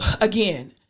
again